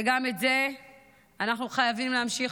גם את זה אנחנו חייבים להמשיך,